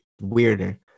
weirder